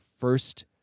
first